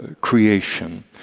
creation